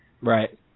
Right